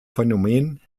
phänomen